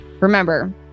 Remember